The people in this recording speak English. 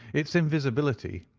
its invisibility,